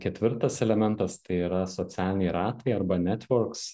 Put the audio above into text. ketvirtas elementas tai yra socialiniai ratai arba netvorks